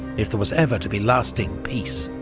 if there was ever to be lasting peace.